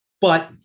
But-